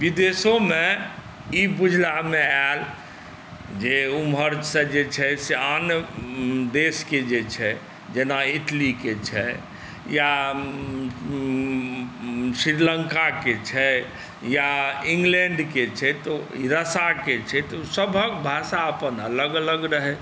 विदेशोमे ई बुझलामे आएल जे ओमहरसँ जे छै से आन देश के जे छै जेना इटली के छै या श्रीलंका के छै या इङ्गलैण्ड के छै तऽ रसा के छै तऽ सबहक भाषा अपन अलग अलग रहै